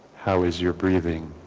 how is your breathing